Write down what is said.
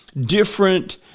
different